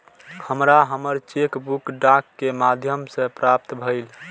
हमरा हमर cheque book डाक के माध्यम से प्राप्त भईल